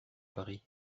paris